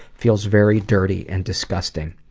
feels very dirty and disgusting.